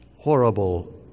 horrible